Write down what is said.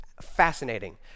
fascinating